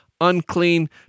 unclean